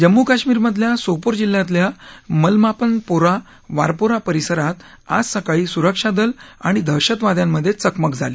जम्मू काश्मीरमधल्या सोपोर जिल्ह्यातल्या मलमापानपोरा वारपोरा परिसरात आज सकाळी सुरक्षा दल आणि दहशतवाद्यांमध्ये चकमक झाली